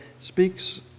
speaks